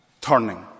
turning